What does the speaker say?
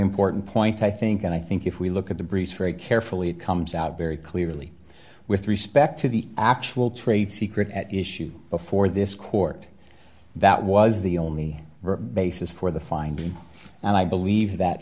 important point i think and i think if we look at the breeze for it carefully it comes out very clearly with respect to the actual trade secret at issue before this court that was the only basis for the finding and i believe that